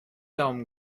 daumen